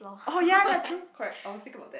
oh ya ya true correct I was thinking about that